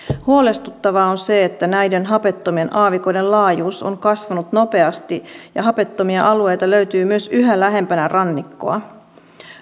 huolestuttavaa on se että näiden hapettomien aavikoiden laajuus on kasvanut nopeasti ja hapettomia alueita löytyy myös yhä lähempänä rannikkoa